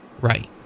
Right